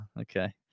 okay